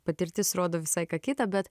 patirtis rodo visai ką kita bet